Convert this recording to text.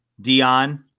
Dion